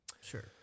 sure